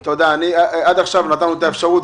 עד כה נתנו את האפשרות.